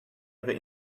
other